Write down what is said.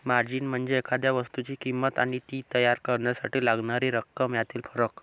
margin म्हणजे एखाद्या वस्तूची किंमत आणि ती तयार करण्यासाठी लागणारी रक्कम यातील फरक